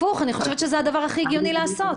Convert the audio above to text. אני חושבת שזה הדבר הכי הגיוני לעשות.